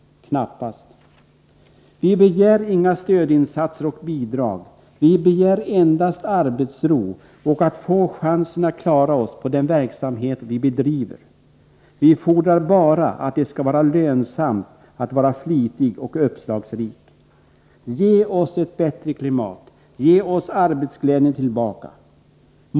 Knappast. Vi begär inga stödinsatser och bidrag. Vi begär endast arbetsro och att få chansen att klara oss på den verksamhet vi bedriver. Vi fordrar bara att det skall vara lönsamt att vara flitig och uppslagsrik. Ge oss ett bättre klimat! Ge oss arbetsglädjen tillbaka!